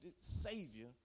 Savior